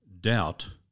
doubt